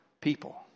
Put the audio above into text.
people